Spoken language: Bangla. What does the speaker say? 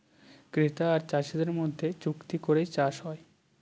ক্রেতা আর চাষীদের মধ্যে চুক্তি করে চাষ হয়